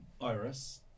Iris